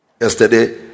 Yesterday